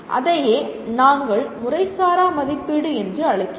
அதையே நாங்கள் முறைசாரா மதிப்பீடு என்று அழைக்கிறோம்